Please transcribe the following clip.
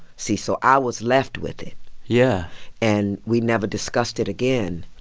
see? so i was left with it yeah and we never discussed it again.